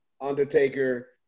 Undertaker